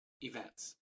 events